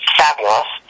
fabulous